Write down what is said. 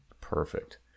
Perfect